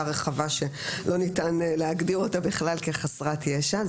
רחבה שלא ניתן להגדיר אותה בכלל כחסרת ישע.